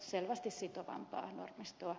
selvästi sitovampaa normistoa